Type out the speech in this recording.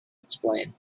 explain